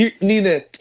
Nina